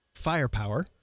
Firepower